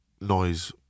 noise